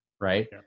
right